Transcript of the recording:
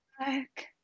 dark